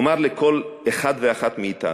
אומר לכל אחד ואחת מאתנו: